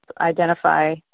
identify